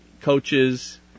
Coaches